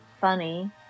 funny